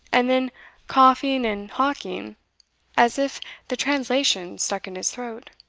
and then coughing and hawking as if the translation stuck in his throat.